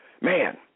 Man